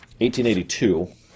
1882